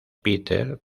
peter